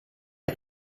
est